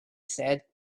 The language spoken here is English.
said